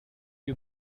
you